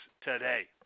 today